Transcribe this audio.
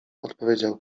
odpowiedział